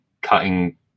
cutting